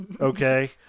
Okay